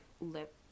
lip